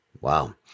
Wow